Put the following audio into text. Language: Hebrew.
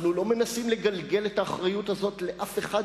אנחנו לא מנסים לגלגל את האחריות הזאת לאף אחד,